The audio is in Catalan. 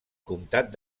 comtat